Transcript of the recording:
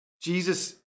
Jesus